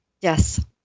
yes